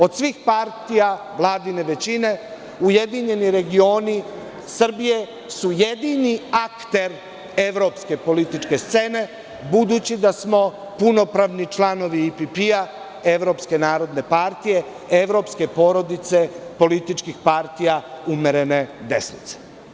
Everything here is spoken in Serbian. Od svih partija vladine većine URS su jedini akter evropske političke scene, budući da smo punopravni članovi EPP Evropske narodne partije, evropske porodice političkih partija umerene desnice.